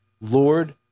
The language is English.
Lord